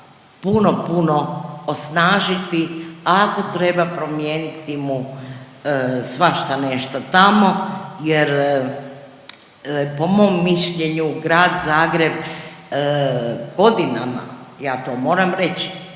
puno, puno osnažiti, a ako treba promijeniti mu svašta nešto tamo jer po mom mišljenju, Grad Zagreb godinama, ja to moram reći,